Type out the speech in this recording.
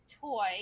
toy